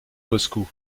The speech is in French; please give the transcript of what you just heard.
moscou